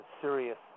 serious